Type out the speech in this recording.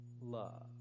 love